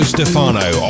Stefano